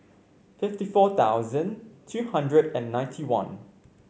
fifty four thousand two hundred and ninety one